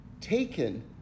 taken